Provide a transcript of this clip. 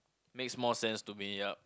makes more sense to me yup